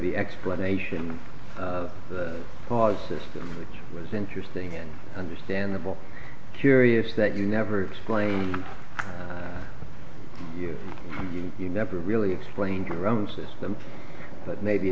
the explanation of the cause system which was interesting and understandable curious that you never explain you you never really explained your own system but maybe